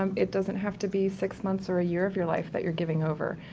um it doesn't have to be six months or a year of your life that you're giving over.